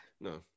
No